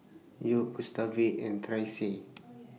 York Gustave and Tressie